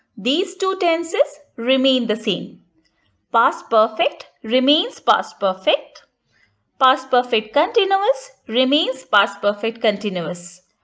these two tenses remain the same past perfect remains past perfect past perfect continuous remains past perfect continuous.